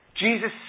Jesus